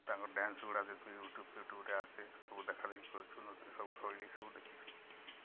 ତାଙ୍କ ଡ଼୍ୟାନ୍ସ ଗୁଡ଼ା ଯେତେ ୟୁଟ୍ୟୁବ୍ ଫୁଟ୍ୟୁବ୍ରେ ଆସେ ସବୁ ଦେଖାଦେଖି କରିଛୁ ନୃତ୍ୟ ସବୁ ଶୈଳୀ ସବୁ ଦେଖିଛୁ